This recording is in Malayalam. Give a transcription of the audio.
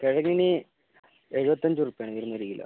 കിഴങ്ങിന് എഴുപത്തിയഞ്ച് രൂപയാണ് ഒരു കിലോ